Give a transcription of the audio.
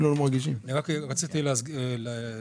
אנחנו מדברים על נהלים